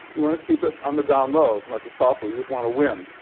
you want to keep it on the down low as much as possible. you just want to win.